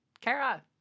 Kara